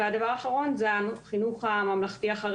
הדבר האחרון הוא החינוך הממלכתי-חרדי,